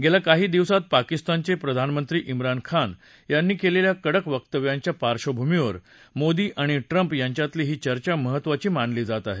गेल्या काही दिवसात पाकिस्तानचे प्रधानमंत्री मुरान खान यांनी केलेल्या भडक वक्तव्यांच्या पार्श्वभूमीवर मोदी आणि ट्रम्प यांच्यातली ही चर्चा महत्वाची मानली जात आहे